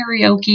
karaoke